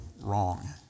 wrong